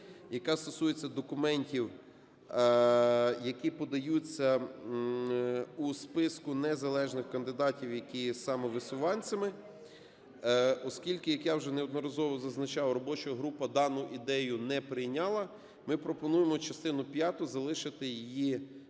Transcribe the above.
яка стосується документів, які подаються у списку незалежних кандидатів, які є самовисуванцями. Оскільки, як вже неодноразово зазначав, робоча група дану ідею не прийняла, ми пропонуємо частину п'яту залишити її